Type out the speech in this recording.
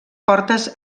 portes